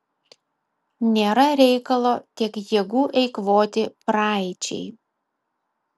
nėra reikalo tiek jėgų eikvoti praeičiai